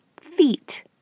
feet